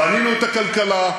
בנינו את הכלכלה,